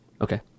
Okay